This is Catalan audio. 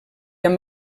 amb